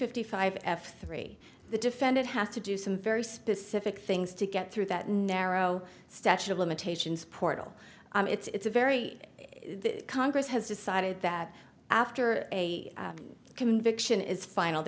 fifty five f three the defendant has to do some very specific things to get through that narrow statute of limitations portal it's a very congress has decided that after a conviction is final